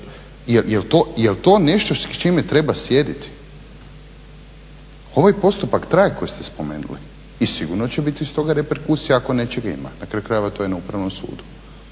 jel to nešto s čime treba sjediti? Ovaj postupak traje koji ste spomenuli i sigurno će biti iz toga reperkusija, ako nečega ima. Na kraju krajeva to je na Upravnom sudu.